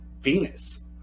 Venus